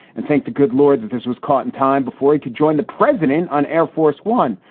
and thank the good lord that this was caught in time before he could join the president on air force one,